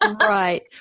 Right